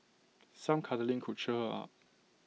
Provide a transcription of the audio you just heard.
some cuddling could cheer her up